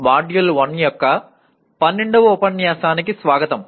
module 1 యొక్క 12వ ఉపన్యాసానికి స్వాగతం